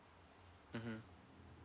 mmhmm